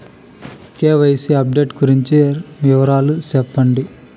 KYC update గురించి వివరాలు సెప్పండి?